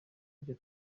ibyo